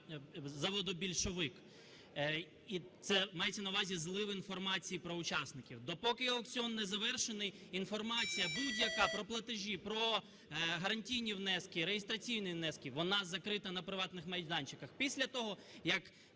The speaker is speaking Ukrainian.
заводу "Більшовик". І це мається на увазі злив інформації про учасників. Допоки аукціон не завершений, інформація будь-яка про платежі, про гарантійні внески, реєстраційні внески, вона закрита на приватних майданчиках. Після того як